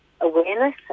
awareness